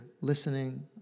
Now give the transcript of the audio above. listening